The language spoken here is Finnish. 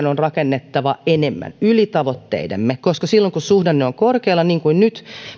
on rakennettava enemmän yli tavoitteidemme koska silloin kun suhdanne on korkealla niin kuin nyt